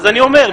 אני אומר.